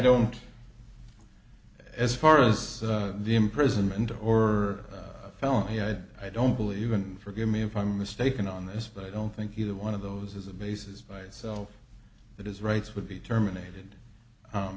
don't as far as the imprisonment or a felony i don't i don't believe in forgive me if i'm mistaken on this but i don't think either one of those is a basis by itself that his rights would be terminated